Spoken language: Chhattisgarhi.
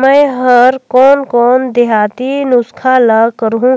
मै हर कोन कोन देहाती नुस्खा ल करहूं?